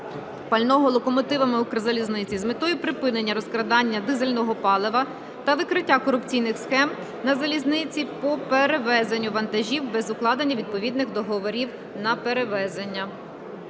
пального локомотивами Укрзалізниці з метою припинення розкрадання дизельного палива та викриття корупційних схем на залізниці по перевезенню вантажів без укладання відповідних договорів на перевезення.